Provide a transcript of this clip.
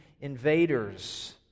invaders